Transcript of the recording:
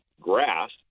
grass